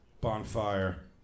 Bonfire